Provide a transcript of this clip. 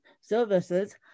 Services